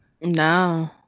No